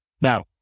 Now